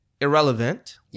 irrelevant